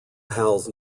pals